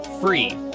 free